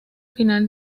final